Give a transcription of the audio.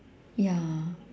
ya